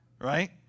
right